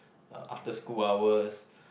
uh after school hours